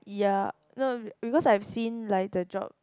ya no because I seen like the job